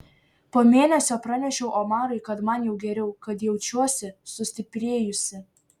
po mėnesio pranešiau omarui kad man jau geriau kad jaučiuosi sustiprėjusi